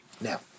Now